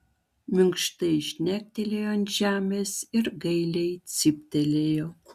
minkštai žnektelėjo ant žemės ir gailiai cyptelėjo